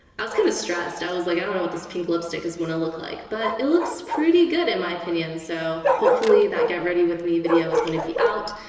i was kind of stressed, i was like i don't know what this pink lipstick is going to look like but it looks pretty good in my opinion so hopefully that get ready with me video is going to be out.